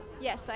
yes